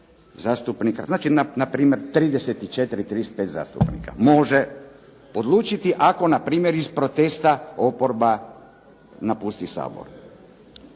znači 34, 35 zastupnika može odlučiti ako na primjer iz protesta oporba napusti sabornicu.